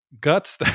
Guts